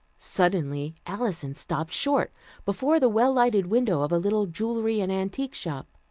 suddenly alison stopped short before the well-lighted window of a little jewelry and antique shop.